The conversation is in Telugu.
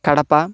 కడప